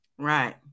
Right